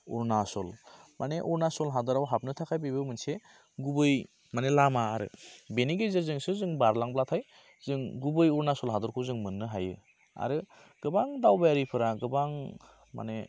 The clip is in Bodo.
अरुणाचल माने अरुणाचल हादराव हाबनो थाखाय बेबो मोनसे गुबै माने लामा आरो बेनि गेजेरजोंसो जों बारलांब्लाथाय जों गुबै अरुणाचल हादरखौ जों मोन्नो हायो आरो गोबां दावबायारिफोरा गोबां माने